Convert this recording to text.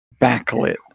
backlit